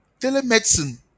Telemedicine